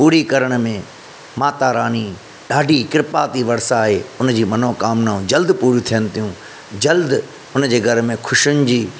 पूरी करण में माता रानी ॾाढी किरपा थी वरसाए हुन जी मनोकामनाऊं जल्द पूरी थियनि थियूं जल्द उनजे घर में ख़ुशियुनि जी